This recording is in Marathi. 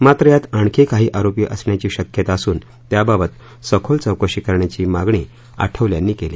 मात्र यात आणखी काही आरोपी असण्याची शक्यता असून त्याबाबत सखोल चौकशी करण्याची मागणी आठवले यांनी केली